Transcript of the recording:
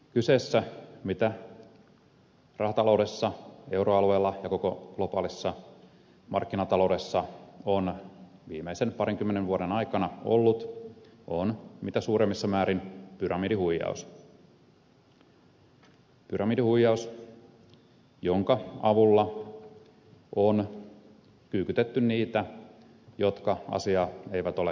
kyseessä mitä rahataloudessa euroalueella ja koko globaalissa markkinataloudessa on viimeisen parinkymmenen vuoden aikana ollut on mitä suuremmissa määrin pyramidihuijaus pyramidihuijaus jonka avulla on kyykytetty niitä jotka asiaa eivät ole ymmärtäneet